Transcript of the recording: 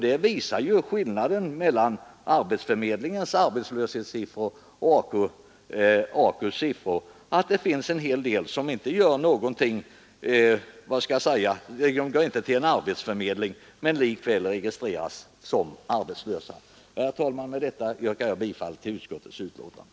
Det visar skillnaden mellan arbetsförmedlingens arbetslöshetssiffror och AKU:s siffror. Det finns en hel del som inte går till en arbetsförmedling men som likväl registreras som arbetslösa. Med detta yrkar jag bifall till utskottets hemställan.